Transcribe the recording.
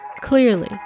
Clearly